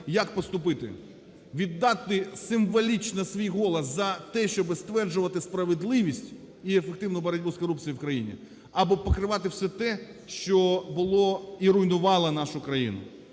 як поступити: віддати символічно свій голос за те, щоби стверджували справедливість і ефективну боротьбу з корупцію в країні або покривати все те, що було і руйнувало нашу країну.